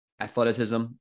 Athleticism